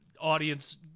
audience